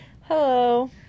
Hello